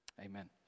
Amen